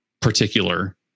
particular